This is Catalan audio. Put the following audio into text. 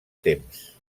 temps